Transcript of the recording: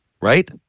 right